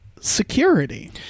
security